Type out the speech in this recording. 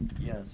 Yes